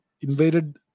invaded